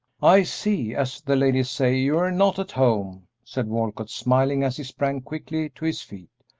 i see as the ladies say, you're not at home said walcott, smiling, as he sprang quickly to his feet.